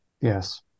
Yes